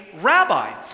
rabbi